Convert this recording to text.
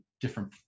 different